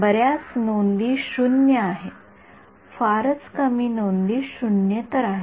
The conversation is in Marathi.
बर्याच नोंदी शून्य आहेत फारच कमी नोंदी शून्येतर आहेत